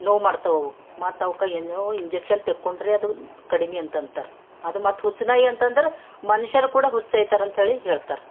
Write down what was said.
ನೋವು ಮಾಡ್ತವವು ಮತ್ತು ಅವಕ್ಕ ಏನೋ ಇಂಜೆಕ್ಷನ್ ತೆಕ್ಕೊಂಡ್ರೆ ಅದು ಕಡಿಮೆ ಅಂತಂತರ ಅದು ಮತ್ತು ಹುಚ್ಚು ನಾಯಿ ಅಂತಂದರೆ ಮನುಷ್ಯರೂ ಕೂಡ ಹುಚ್ಚಾಯ್ತರಂತ ಹೇಳಿ ಹೇಳ್ತಾರೆ